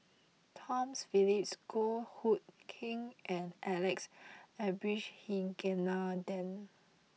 Tom Phillips Goh Hood Keng and Alex Abisheganaden